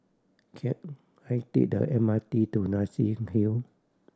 can I take the M R T to Nassim Hill